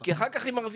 כי אחר כך היא מרוויחה.